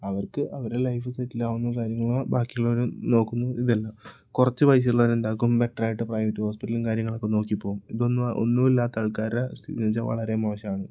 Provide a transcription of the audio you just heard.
അവർക്ക് അവരുടെ life settle ആവുന്ന കാര്യങ്ങള് ബാക്കിയുള്ളവരും നോക്കുന്നു ഇതല്ല കുറച്ച് പൈസയുള്ളവരെന്താക്കും ബെറ്ററായിട്ട് പ്രൈവറ്റ് ഹോസ്പിറ്റലും കാര്യങ്ങളൊക്കെ നോക്കി പോവും ഇതൊന്നും ഒന്നു ഇല്ലാത്ത ആൾക്കാരെ സ്ഥിതി എന്ന് വെച്ചാൽ വളരെ മോശമാണ്